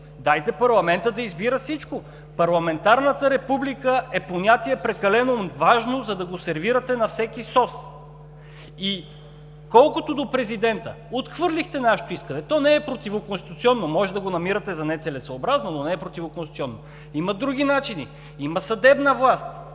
дайте парламентът да избира всичко. Парламентарната република е прекалено важно понятие, за да го сервирате на всеки сос. Колкото до президента, отхвърлихте нашето искане, то не е противоконституционно, може да го намирате за нецелесъобразно, но не е противоконституционно. Има други начини. Има съдебна власт,